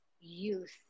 youth